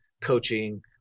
Coaching